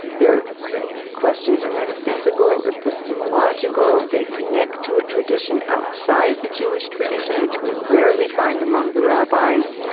their questions are metaphysical, epistemological, they connect to a tradition outside the jewish tradition, which we rarely find among the rabbis.